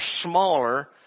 smaller